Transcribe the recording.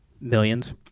millions